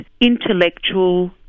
intellectual